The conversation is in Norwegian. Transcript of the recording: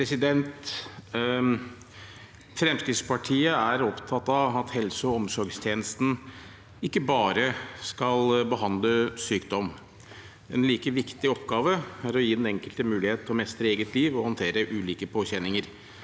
Fremskrittspartiet er opptatt av at helse- og omsorgstjenesten ikke bare skal behandle sykdom. En like viktig oppgave er å gi den enkelte mulighet til å mestre eget liv og håndtere ulike påkjenninger.